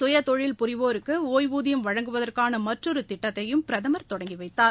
சுயதொழில் புரிவோருக்கு ஒய்வூதியம் வழங்குவதற்கான மற்றொரு திட்டத்தையும் பிரதமர் தொடங்கி வைத்தார்